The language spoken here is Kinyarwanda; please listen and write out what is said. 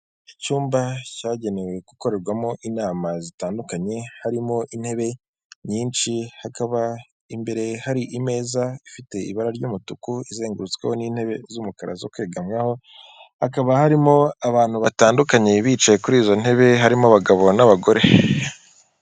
Icyumba cyagenewe gukorerwamo inama zitandukanye harimo intebe nyinshi hakaba imbere hari imeza ifite ibara ry'umutuku izengurutsweho n'intebe z'umukara zo kwegamwaho. Hakaba harimo abantu batandukanye bicaye kuri izo ntebe harimo abagabo n'abagore.